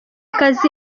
kazi